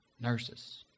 Nurses